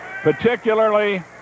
particularly